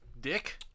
Dick